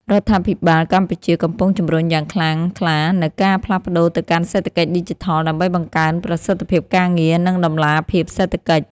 រដ្ឋាភិបាលកម្ពុជាកំពុងជំរុញយ៉ាងខ្លាំងក្លានូវការផ្លាស់ប្តូរទៅកាន់សេដ្ឋកិច្ចឌីជីថល ដើម្បីបង្កើនប្រសិទ្ធភាពការងារ និងតម្លាភាពសេដ្ឋកិច្ច។